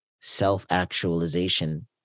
self-actualization